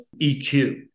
EQ